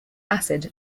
acid